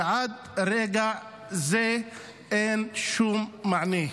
ועד לרגע זה אין שום מענה.